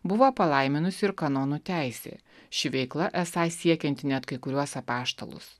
buvo palaiminusi ir kanonų teisė ši veikla esą siekianti net kai kuriuos apaštalus